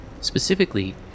Specifically